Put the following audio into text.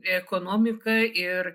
ekonomika ir